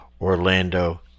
Orlando